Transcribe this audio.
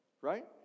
right